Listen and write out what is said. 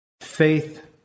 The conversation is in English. faith